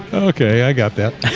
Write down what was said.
okay, i got that